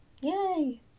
yay